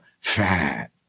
fat